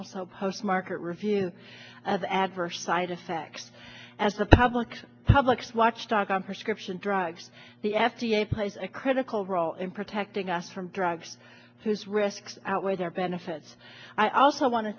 also post market review of adverse side effects as the public's public's watchdog on prescription drugs the f d a plays a critical role in protecting us from drugs whose risks outweigh their benefits i also want to